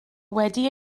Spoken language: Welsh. wedi